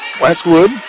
Westwood